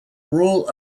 rule